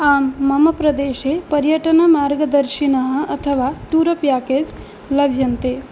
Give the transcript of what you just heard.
आं मम प्रदेशे पर्यटनमार्गदर्शिनः अथवा टूर प्याकेज़् लभ्यन्ते